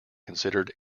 considered